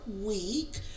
week